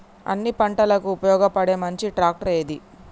అన్ని పంటలకు ఉపయోగపడే మంచి ట్రాక్టర్ ఏది?